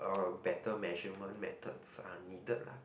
um better measurement methods are needed lah